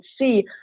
see